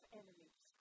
enemies